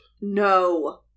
No